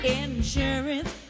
insurance